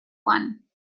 one